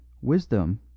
wisdom